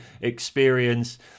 experience